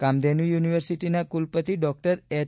કામધેનુ યુનિવર્સિટીના કુલપતિ doctor H